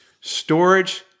storage